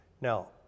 Now